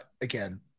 again